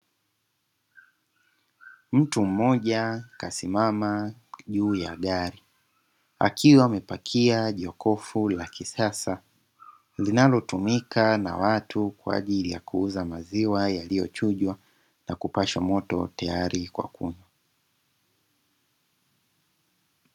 Mtu mmoja kasimama juu ya gari akiwa amepakia jokofu la kisasa, linalotumika na watu kwa ajili ya kuuza maziwa yaliyochujwa na kupashwa moto, tayari kwa kunywa.